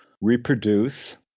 reproduce